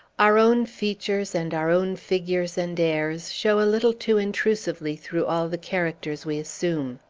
our own features, and our own figures and airs, show a little too intrusively through all the characters we assume.